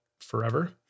forever